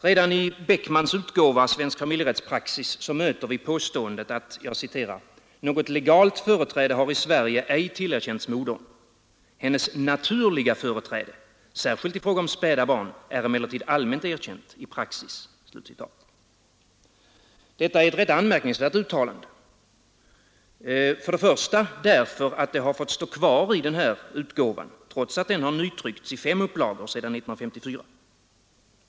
Redan i Beckmans utgåva Svensk familjerättspraxis möter vi påståendet att ”något legalt företräde har i Sverige ej tillerkänts modern. Hennes naturliga företräde, särskilt i fråga om späda barn, är emellertid allmänt erkänt i praxis.” Detta är ett anmärkningsvärt uttalande. För det första därför att det fått stå kvar i lagutgåvan trots att den har nytryckts i fem upplagor sedan 1954.